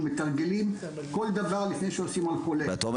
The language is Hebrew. מתרגלים כל דבר לפני שעושים על חולה -- אז אתה אומר